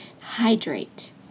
Hydrate